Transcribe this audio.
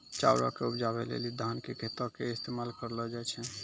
चाउरो के उपजाबै लेली धान के खेतो के इस्तेमाल करलो जाय छै